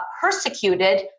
persecuted